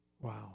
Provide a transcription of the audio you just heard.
Wow